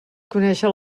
conèixer